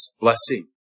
blessing